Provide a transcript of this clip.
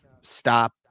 Stop